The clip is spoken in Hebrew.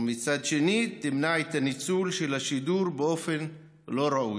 ומצד שני תמנע את הניצול של השידור באופן לא ראוי.